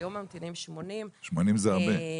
היום ממתינים 80. 80 זה הרבה.